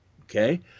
Okay